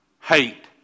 hate